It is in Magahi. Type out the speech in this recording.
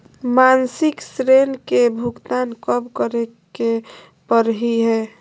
मासिक ऋण के भुगतान कब करै परही हे?